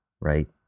right